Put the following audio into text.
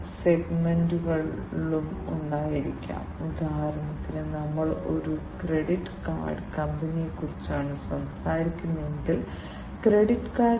ഈ പ്രത്യേക സെൻസറിനുള്ള കാർബൺ മോണോക്സൈഡിന്റെ കണ്ടെത്തൽ പരിധി ഏകദേശം 20 ppm മുതൽ 2000 ppm വരെയാണ്